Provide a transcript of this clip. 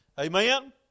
Amen